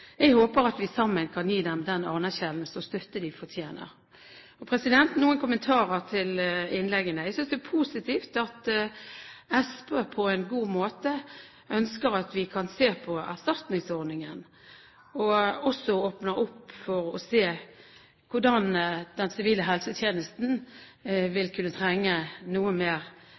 Jeg håper at vi sammen kan gi dem den anerkjennelse og støtte de fortjener. Og så noen kommentarer til innleggene: Jeg synes det er positivt at SV på en god måte ønsker at vi skal se på erstatningsordningen, og også åpner opp for å se på hvordan veteranene vil trenge noe mer hjelp fra den sivile helsetjenesten.